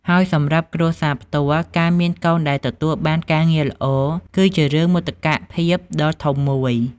ហើយសម្រាប់គ្រួសារផ្ទាល់ ការមានកូនដែលទទួលបានការងារល្អ គឺជារឿងមោទកភាពដ៏ធំមួយ។